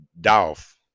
Dolph